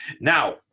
Now